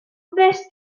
wnest